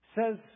says